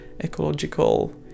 ecological